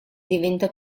diventa